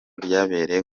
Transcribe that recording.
ryabereye